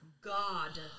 God